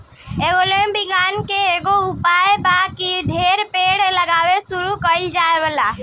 global warming के एकेगो उपाय बा की ढेरे पेड़ लगावल शुरू कइल जाव